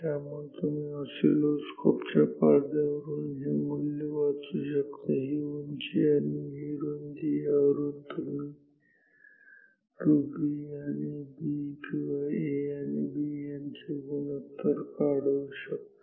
त्यामुळे तुम्ही ऑसिलोस्कोप च्या पडद्यावरून हे मूल्य वाचू शकता ही उंची आणि ही रुंदी आणि त्यावरून तुम्ही 2B आणि B किंवा A आणि B यांचे गुणोत्तर काढू शकतो